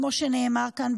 כמו שנאמר כאן,